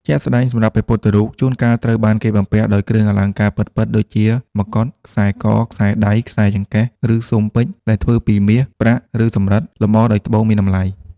ជាក់ស្ដែង សម្រាប់ព្រះពុទ្ធរូប ជួនកាលត្រូវបានគេបំពាក់ដោយគ្រឿងអលង្ការពិតៗ ដូចជា មកុដ ខ្សែក ខ្សែដៃ ខ្សែចង្កេះ ឬស៊ុមពេជ្រ ដែលធ្វើពីមាស ប្រាក់ ឬសំរឹទ្ធ លម្អដោយត្បូងមានតម្លៃ។